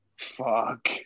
Fuck